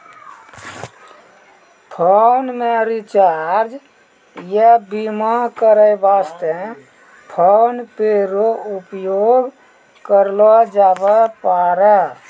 phone मे recharge या बीमा करै वास्ते फोन पे रो उपयोग करलो जाबै पारै